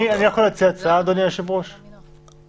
אדוני היושב-ראש, אני יכול להציע הצעה?